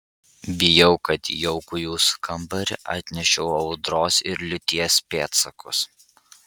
bijau kad į jaukų jūsų kambarį atnešiau audros ir liūties pėdsakus